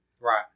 Right